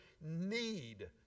need